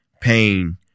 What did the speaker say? pain